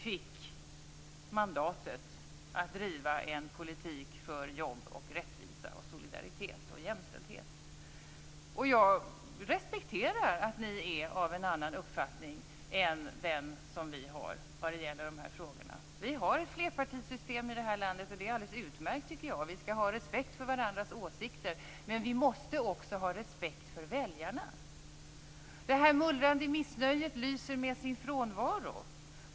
Det handlar om att driva en politik för jobb, rättvisa, solidaritet och jämställdhet. Jag respekterar att ni är av en annan uppfattning i de frågorna. Vi har ett flerpartisystem, och det är alldeles utmärkt. Vi skall ha respekt för varandras åsikter. Men vi måste också ha respekt för väljarna. Det mullrande missnöjet lyser med sin frånvaro.